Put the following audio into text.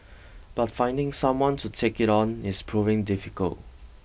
but finding someone to take it on is proving difficult